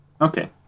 Okay